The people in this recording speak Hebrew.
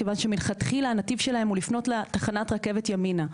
כיוון שמלכתחילה הנתיב שלהם הוא לפנות לתחנת רכבת ימינה,